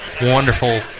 wonderful